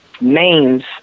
names